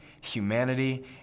humanity